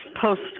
post